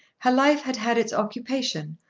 her life had had its occupation,